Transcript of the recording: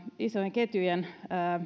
isojen ketjujen